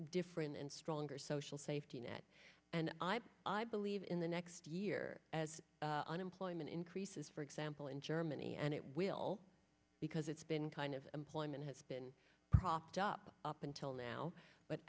different and stronger social safety net and i believe in the next year as unemployment increases for example in germany and it will because it's been kind of employment has been propped up up until now but